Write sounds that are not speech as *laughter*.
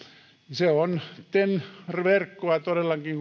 se on ten verkkoa todellakin *unintelligible*